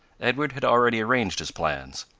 edward had already arranged his plans.